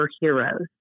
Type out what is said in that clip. heroes